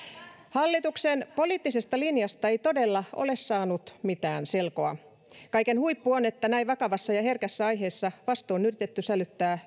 hallituksen poliittisesta linjasta ei todella ole saanut mitään selkoa kaiken huippu on että näin vakavassa ja herkässä aiheessa vastuu on yritetty sälyttää